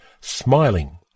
smiling